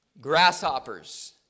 grasshoppers